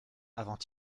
avant